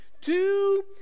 Two